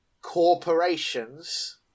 corporations